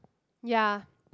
ya